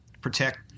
protect